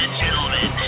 gentlemen